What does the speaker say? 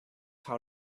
how